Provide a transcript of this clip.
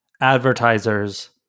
advertisers